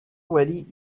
wedi